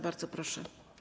Bardzo proszę.